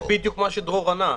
זה בדיוק מה שדרור ענה.